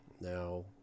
Now